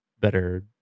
better